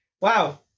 Wow